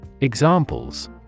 Examples